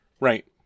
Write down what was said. Right